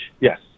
yes